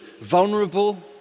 vulnerable